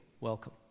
welcome